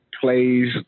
Plays